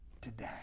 today